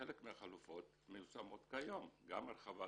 חלק מהחלופות מיושמות כיום: גם רחבת